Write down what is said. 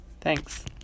Thanks